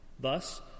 Thus